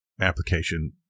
application